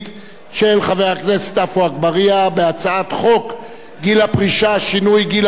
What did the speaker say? הצעת חוק גיל פרישה (שינוי גיל הפרישה לעובדים בענף הבנייה).